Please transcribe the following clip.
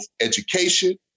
education